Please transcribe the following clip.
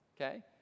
okay